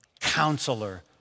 Counselor